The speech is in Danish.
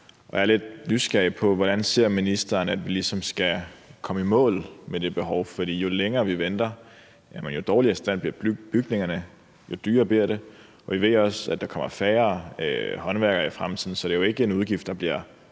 jeg er lidt nysgerrig efter, hvordan ministeren ser vi ligesom skal komme i mål med det behov. For jo længere, vi venter, jo dårligere stand bliver bygningerne i, og jo dyrere bliver det. Vi ved også, at der kommer færre håndværkere i fremtiden, så det er jo ikke en udgift, der bliver mindre